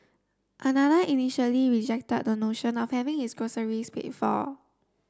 another initially rejected the notion of having his groceries paid for